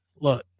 look